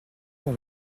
dans